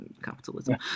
Capitalism